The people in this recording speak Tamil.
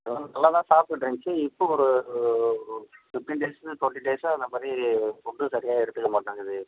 அது நல்லா தான் சாப்பிட்டுட்டு இருந்துச்சு இப்போ ஒரு ஒரு ஒரு ஃபிப்டீன் டேஸு டொண்ட்டி டேஸாக இந்த மாதிரி ஃபுட்டு சரியாக எடுத்துக்க மாட்டேங்குது